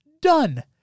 Done